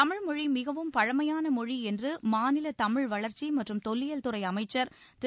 தமிழ்மொழி மிகவும் பழமையான மொழி என்று மாநில தமிழ் வளர்ச்சி மற்றும் தொல்லியல் துறை அமைச்சர் திரு